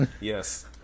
Yes